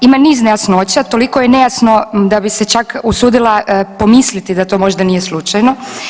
Ima niz nejasnoća, toliko je nejasno da bi se čak usudila pomisliti da to možda nije slučajno.